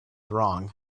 wrong